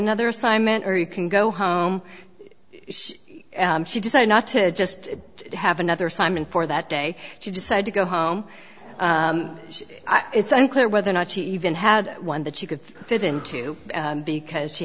another assignment or you can go home she decided not to just have another simon for that day she decided to go home it's unclear whether or not she even had one that she could fit into because she